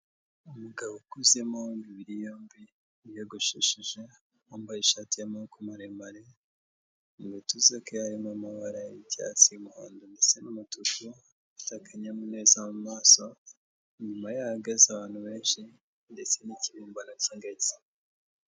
Umugabo ukuzemo w'imibiri yombi, wyogoshesheje, wambaye ishati y'amaboko maremare, mu bituza bye harimo amabara y'icyatsi, y'umuhondo ndetse n'umutuku, afite akanyamuneza mu maso. Inyuma ye hahagaze abantu benshi, ndetse n'ikibumbano cy'ingagi.